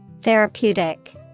Therapeutic